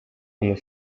one